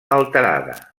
alterada